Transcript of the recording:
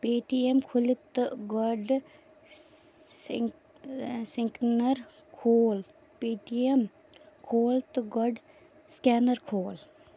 پے T M کھُلِہ تہٕ گوڈٕ سِنٛکنَر کھول پے ٹی اؠم کھول تہٕ گوڈٕ سِکینَر کھول